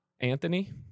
Anthony